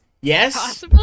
yes